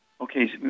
Okay